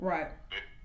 Right